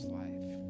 life